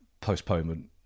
postponement